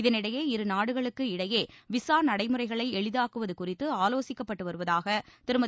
இதனிடையே இரு நாடுகளுக்கு இடையே விசா நடைமுறைகளை எளிதாக்குவது குறித்து ஆலோசிக்கப்பட்டு வருவதாக திருமதி